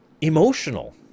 emotional